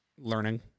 learning